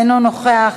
אינו נוכח,